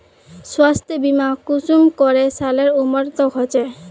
स्वास्थ्य बीमा कुंसम करे सालेर उमर तक होचए?